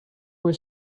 was